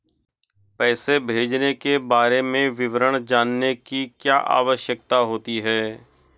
पैसे भेजने के बारे में विवरण जानने की क्या आवश्यकता होती है?